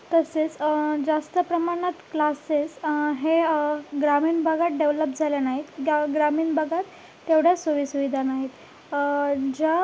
तसेच जास्त प्रमाणात क्लासेस हे ग्रामीण भागात डेवलप झाल्या नाहीत ज्या ग्रामीण बागात तेवढ्या सोईसुविधा नाहीत ज्या